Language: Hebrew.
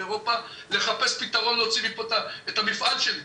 באירופה על מנת לחפש פתרון להוציא מפה את המפעל שלי.